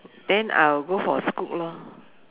then I will go for scoot lor